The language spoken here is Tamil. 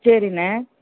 சரிண்ணே